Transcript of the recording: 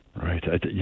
Right